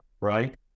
right